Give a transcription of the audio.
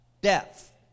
Death